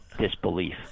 Disbelief